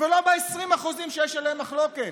ולא ב-20% שיש עליהם מחלוקת.